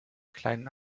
kleinen